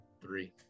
Three